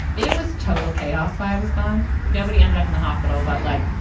it was total chaos while i was gone. nobody ended up in the hospital. but like,